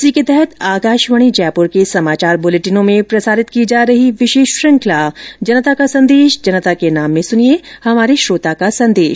इसी के तहत आकाशवाणी जयपुर के समाचार बुलेटिनों में प्रसारित की जा रही विशेष श्रुखंला जनता का संदेश जनता के नाम में सुनिये हमारे श्रोता का संदेश